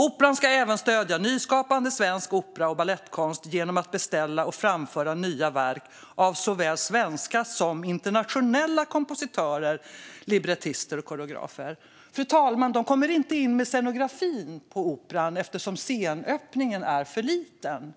Operan ska även stödja nyskapande svensk opera och balettkonst genom att beställa och framföra nya verk av såväl svenska som internationella kompositörer, librettister och koreografer. Fru talman! De kommer inte in med scenografin på Operan eftersom scenöppningen är för liten.